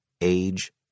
age